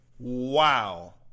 Wow